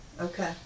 Okay